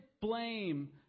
blame